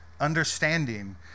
understanding